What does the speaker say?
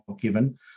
given